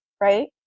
right